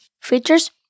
features